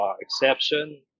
exception